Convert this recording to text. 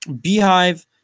beehive